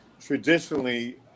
traditionally